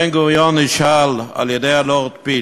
בן-גוריון נשאל על-ידי הלורד פיל: